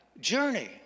journey